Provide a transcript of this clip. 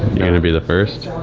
you going to be the first?